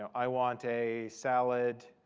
i want a salad.